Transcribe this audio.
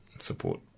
support